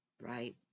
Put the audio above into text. right